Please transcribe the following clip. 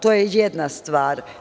To je jedna stvar.